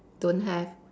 don't have